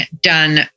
done